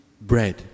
bread